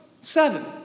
seven